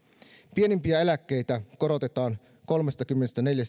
pienimpiä eläkkeitä korotetaan kolmekymmentäneljä